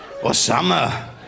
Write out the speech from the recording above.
Osama